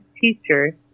teacher